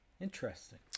interesting